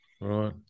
Right